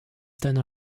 deiner